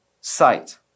sight